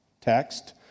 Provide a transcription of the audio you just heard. text